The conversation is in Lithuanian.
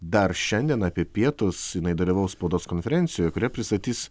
dar šiandien apie pietus jinai dalyvaus spaudos konferencijoj kurioje pristatys